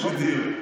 בדיוק.